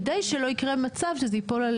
כדי שלא יקרה מצב שזה ייפול על